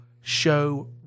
show